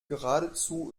geradezu